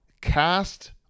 Cast